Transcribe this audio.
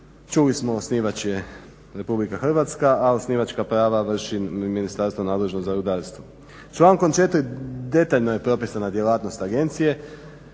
Čuli smo osnivač je RH, a osnivačka prava vrši ministarstvo nadležno za rudarstvo. Člankom 4. detaljno je propisana djelatnost agencije.